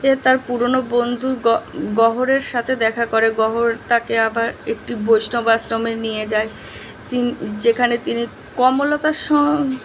এ তার পুরনো বন্ধুর গ গহরের সাতে দেখা করে গহর তাকে আবার একটি বৈষ্ণব আশ্রমে নিয়ে যায় তিনি যেখানে তিনি কমললতার সঙ্গ